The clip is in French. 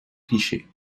clichés